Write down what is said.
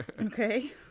Okay